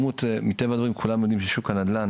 מטבע הדברים כולם יודעים ששוק הנדל"ן,